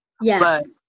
Yes